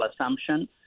assumption